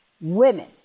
women